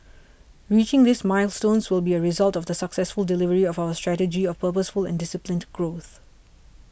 reaching these milestones will be a result of the successful delivery of our strategy of purposeful and disciplined growth